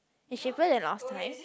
it's cheaper than last time